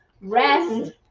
Rest